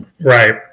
Right